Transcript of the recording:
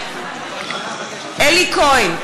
בעד אלי כהן,